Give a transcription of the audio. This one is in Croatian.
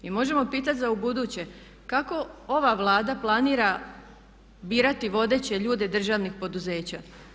I možemo pitat za u buduće kako ova Vlada planira birati vodeće ljude državnih poduzeća?